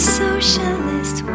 socialist